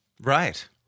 Right